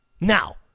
Now